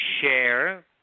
share